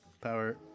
Power